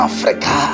Africa